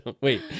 Wait